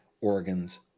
organs